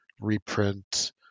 reprint